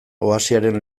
oasiaren